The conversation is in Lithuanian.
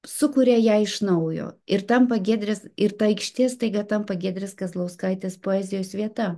sukuria ją iš naujo ir tampa giedrės ir ta aikštė staiga tampa giedrės kazlauskaitės poezijos vieta